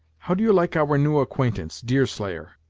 how do you like our new acquaintance, deerslayer?